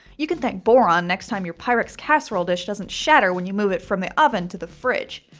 you can thank boron next time your pyrex casserole dish doesn't shatter when you move it from the oven to the fridge.